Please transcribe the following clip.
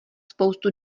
spoustu